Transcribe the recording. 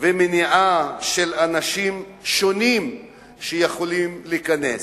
ומניעה של אנשים שונים מלהיכנס.